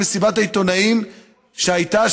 מסיבת העיתונאים שהייתה,